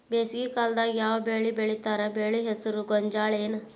ಬೇಸಿಗೆ ಕಾಲದಾಗ ಯಾವ್ ಬೆಳಿ ಬೆಳಿತಾರ, ಬೆಳಿ ಹೆಸರು ಗೋಂಜಾಳ ಏನ್?